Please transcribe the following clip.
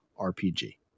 rpg